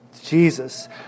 Jesus